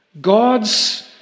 God's